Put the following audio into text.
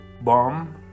bomb